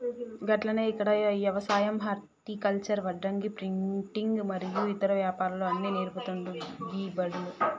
గట్లనే ఇక్కడ యవసాయం హర్టికల్చర్, వడ్రంగి, ప్రింటింగు మరియు ఇతర వ్యాపారాలు అన్ని నేర్పుతాండు గీ బడిలో